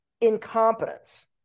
incompetence